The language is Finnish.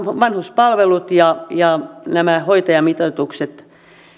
vanhuspalvelut ja ja nämä hoitajamitoitukset